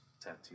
Tattoo